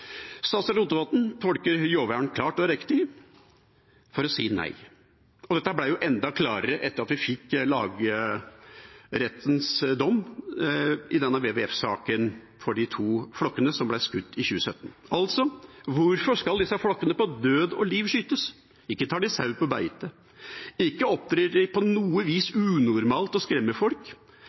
Statsråd Rotevatn tolker lovverket klart og riktig for å si nei. Dette ble enda klarere etter at vi fikk lagmannsrettens dom i WWF-saken for de to flokkene som ble skutt i 2017. Altså: Hvorfor skal disse flokkene på død og liv skytes? Ikke tar de sau på beite, ikke opptrer de på noe vis unormalt og skremmer folk, ikke er det lovhjemmel for å